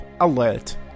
alert